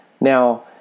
Now